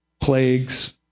Plagues